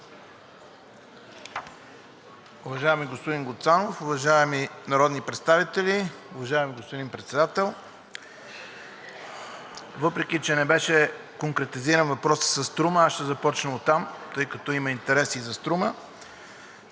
Въпреки че не беше конкретизиран въпросът със „Струма“, аз ще започна оттам, тъй като има интерес и за „Струма“.